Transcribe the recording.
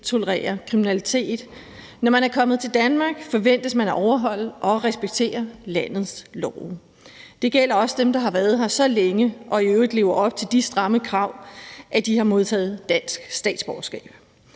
tolerere kriminalitet. Når man er kommet til Danmark, forventes man at overholde og respektere landets love. Det gælder også dem, der har været her så længe og i øvrigt lever op til de stramme krav, at de har modtaget dansk statsborgerskab.